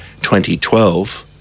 2012